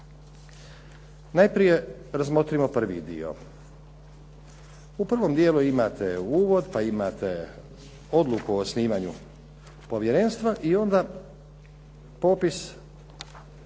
Najprije razmotrimo prvi dio. U prvom dijelu imate uvod, pa imate odluku o osnivanju povjerenstva i onda popis